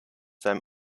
seinem